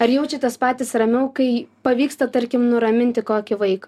ar jaučiatės patys ramiau kai pavyksta tarkim nuraminti kokį vaiką